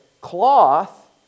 cloth